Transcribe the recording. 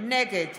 נגד